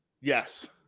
Yes